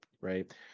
right